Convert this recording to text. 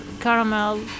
caramel